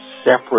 separate